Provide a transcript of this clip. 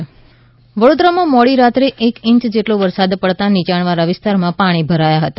વરસાદ mid day વડોદરામાં મોડીરાત્રે એક ઇંચ જેટલો વરસાદ પડતાં નીચાણવાળા વિસ્તારમાં પાણી ભરાયા હતા